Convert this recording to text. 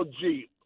jeep